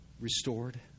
restored